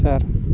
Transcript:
sir